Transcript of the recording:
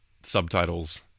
subtitles